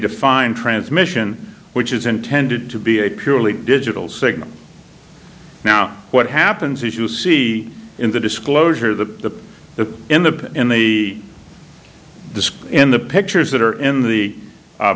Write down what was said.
define transmission which is intended to be a purely digital signal now what happens if you see in the disclosure the the in the the in disk in the pictures that are in the